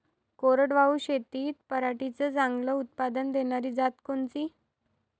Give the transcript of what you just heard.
कोरडवाहू शेतीत पराटीचं चांगलं उत्पादन देनारी जात कोनची?